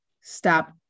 stop